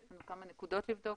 יש לנו עוד כמה נקודות לבדוק.